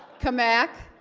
come back